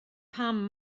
pam